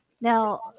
Now